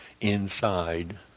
inside